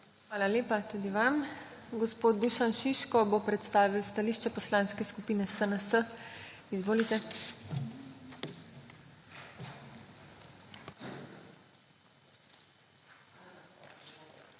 Hvala lepa tudi vam. Gospod Dušan Šiško bo predstavil stališča Poslanske skupine SNS. Izvolite.